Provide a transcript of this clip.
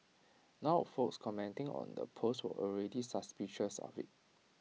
now folks commenting on the post were already suspicious of IT